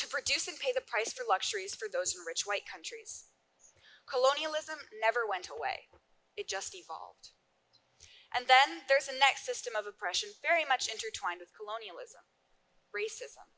to produce and pay the price for luxuries for those rich white countries colonialism never went away it just evolved and then there isn't that system of oppression very much intertwined with colonialism racism